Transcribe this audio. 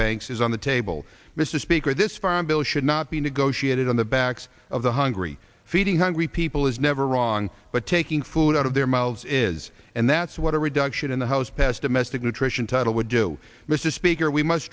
banks is on the table mr speaker this far bill should not be negotiated on the backs of the hungry feeding hungry people is never wrong but taking food out of their miles's and that's what a reduction in the house passed a mystic nutrition title would do mr speaker we must